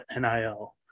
NIL